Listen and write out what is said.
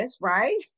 right